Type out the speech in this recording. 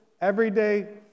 everyday